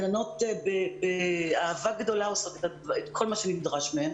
הגננות באהבה גדולה עושות את כל מה שנדרש מהן.